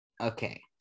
Okay